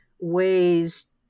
ways